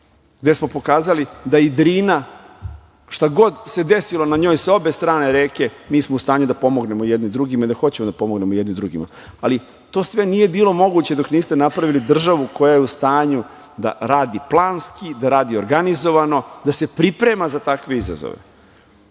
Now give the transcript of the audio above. gde smo pokazali da i Drina, šta god se desilo na njoj sa obe strane reke mi smo u stanju da pomognemo jedni drugima i da hoćemo da pomognemo jedni drugima. To sve nije bilo moguće dok niste napravili državu koja je u stanju da radi planski, da radi organizovano, da se priprema za takve izazove.